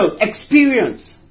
experience